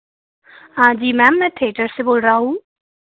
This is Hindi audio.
हाँ जी मैम मैं थिएटर से बोल रहा हूँ